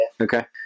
Okay